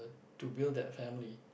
to build that family